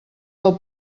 del